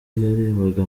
yarebaga